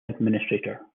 administrator